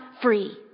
free